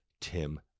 Tim